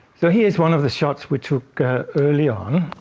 so here's one of the shots we took early on,